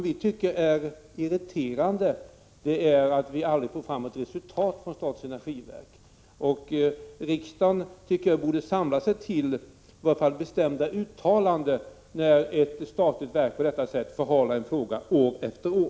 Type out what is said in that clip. Vi tycker det är irriterande att vi aldrig får fram ett resultat från statens energiverk. Riksdagen borde samla sig till i vart fall bestämda uttalanden när det gäller att ett statligt verk på detta sätt förhalar en fråga år efter år.